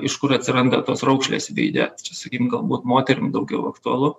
iš kur atsiranda tos raukšlės veide sakykim galbūt moterim daugiau aktualu